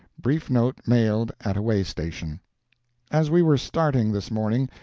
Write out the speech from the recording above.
brief note, mailed at a waystation as we were starting, this morning,